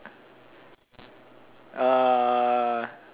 uh